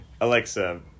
Alexa